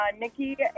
Nikki